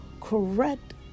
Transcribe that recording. correct